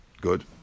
Good